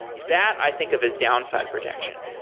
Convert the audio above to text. that i think of as downside protection.